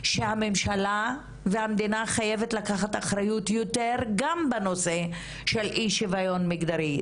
שהממשלה והמדינה חייבת לקחת אחריות יותר גם בנושא של אי שוויון מגדרי.